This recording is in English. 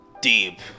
deep